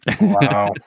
Wow